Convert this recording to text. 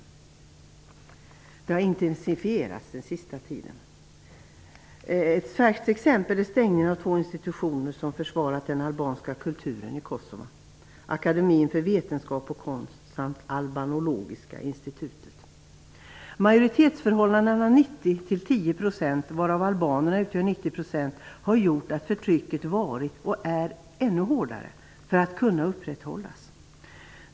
Detta har under den sista tiden intensifierats. Ett färskt exempel är stängningen av två institutioner som försvarat den albanska kulturen i Kosova: Akademin för vetenskap och konst samt Albanologiska institutet. Majoritetsförhållandet, det faktum att albanerna utgör 90 % av befolkningen, gör att förtrycket varit och är desto hårdare för att kunna upprätthållas.